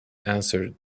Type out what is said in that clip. answered